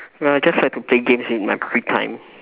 no I just like to play games in my free time